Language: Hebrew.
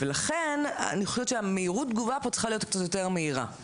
לכן אני חושבת שמהירות התגובה פה צריכה להיות קצת יותר מהירה.